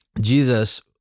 Jesus